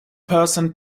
person